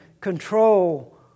control